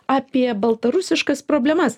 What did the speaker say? apie baltarusiškas problemas